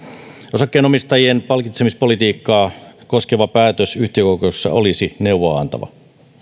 osakkeenomistajien palkitsemispolitiikkaa koskeva päätös yhtiökokouksessa olisi neuvoa antava